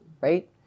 right